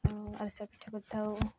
ଆରିସା ପିଠା କରିଥାଉ